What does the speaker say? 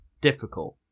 difficult